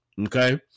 Okay